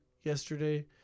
yesterday